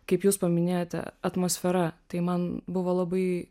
kaip jūs paminėjote atmosfera tai man buvo labai